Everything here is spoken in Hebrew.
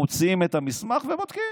מוציאים את המסמך ובודקים.